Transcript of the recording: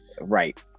right